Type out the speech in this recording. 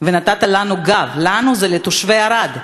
ונתת לנו גב, לנו, זה לתושבי ערד,